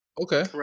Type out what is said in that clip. Okay